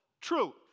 true